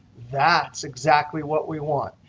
that's exactly what we want.